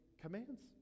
commands